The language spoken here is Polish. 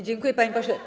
Dziękuję, panie pośle.